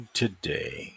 today